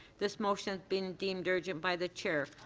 this motion has been deemed urgent by the chair.